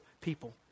people